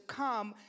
come